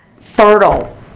fertile